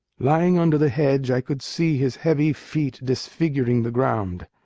lying under the hedge, i could see his heavy feet disfiguring the ground.